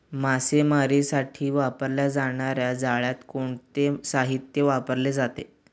मासेमारीसाठी वापरल्या जाणार्या जाळ्यात कोणते साहित्य वापरले जाते?